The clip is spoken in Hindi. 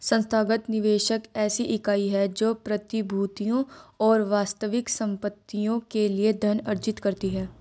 संस्थागत निवेशक ऐसी इकाई है जो प्रतिभूतियों और वास्तविक संपत्तियों के लिए धन अर्जित करती है